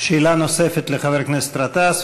שאלה נוספת לחבר הכנסת גטאס,